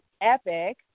epic